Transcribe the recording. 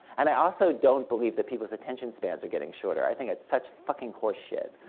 and i also don't believe that people's attention spans are getting shorter. i think it's such fucking horseshit.